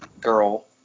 girl